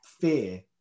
fear